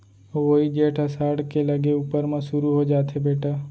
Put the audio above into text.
वोइ जेठ असाढ़ के लगे ऊपर म सुरू हो जाथे बेटा